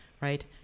right